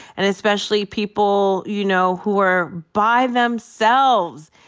and especially people, you know, who are by themselves.